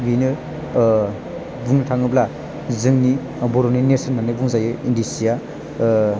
बिनो बुंनो थाङोब्ला जोंनि बर'नि नेरसोन होनानै बुंजायो इन्दि सिआ